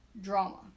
Drama